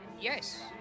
Yes